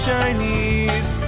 Chinese